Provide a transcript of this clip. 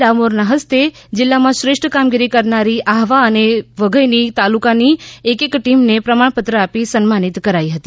ડામોરના હસ્તે જીલ્લામાં શ્રેષ્ઠ કામગીરી કરનારી આહવા અને વધઈ તાલુકાની એક એક ટીમને પ્રમાણપત્ર આપી સન્માનિત કરાઈ હતી